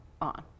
on